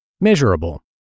Measurable